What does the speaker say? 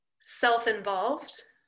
self-involved